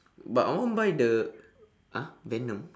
but I want to buy the !huh! venom